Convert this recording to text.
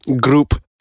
group